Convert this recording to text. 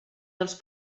dels